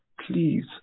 Please